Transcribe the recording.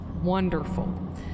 Wonderful